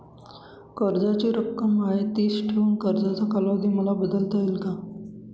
कर्जाची रक्कम आहे तिच ठेवून कर्जाचा कालावधी मला बदलता येईल का?